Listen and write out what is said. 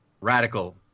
Radical